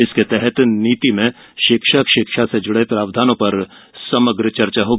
इसमें नीति में शिक्षक शिक्षा से जुड़े प्रावधानों पर समग्र चर्चा होगी